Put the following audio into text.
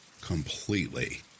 Completely